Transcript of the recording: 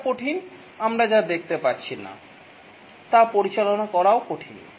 কোনটা কঠিন আমরা যা দেখতে পাচ্ছি না তা পরিচালনা করাও কঠিন